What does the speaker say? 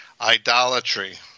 idolatry